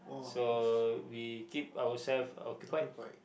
so we keep ourself occupied